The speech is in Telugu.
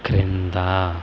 క్రింద